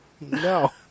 No